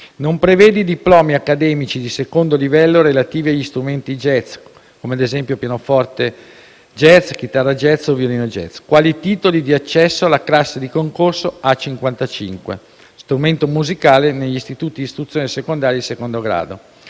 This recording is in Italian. non prevede i diplomi accademici di II livello relativi agli strumenti jazz (come ad esempio, pianoforte jazz, chitarra jazz o violino jazz) quali titoli di accesso alla classe di concorso A-55 (Strumento musicale negli istituti di istruzione secondaria di II grado),